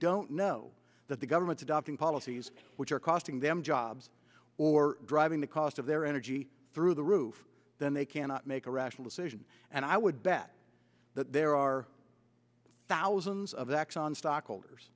don't know that the government adopting policies which are costing them jobs or driving the cost of their energy through the roof then they cannot make a rational decision and i would bet that there are thousands of exxon stockholders